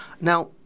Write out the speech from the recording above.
Now